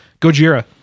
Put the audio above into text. Gojira